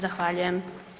Zahvaljujem.